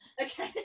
okay